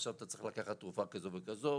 עכשיו אתה צריך לקחת תרופה כזאת וכזאת,